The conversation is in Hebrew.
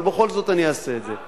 אבל בכל זאת אני אעשה את זה,